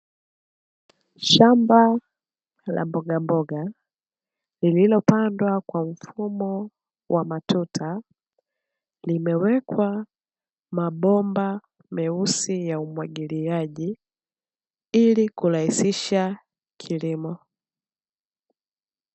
Shamba la mbogamboga lililopandwa kwa mfumo wa matuta, limewekwa mabomba meusi ya umwagiliaji ili kurahisisha kilimo.